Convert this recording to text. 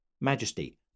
majesty